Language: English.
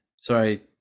Sorry